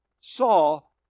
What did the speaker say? Saul